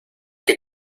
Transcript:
que